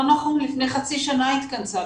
לפני חצי שנה התכנסה.